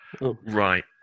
Right